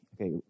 Okay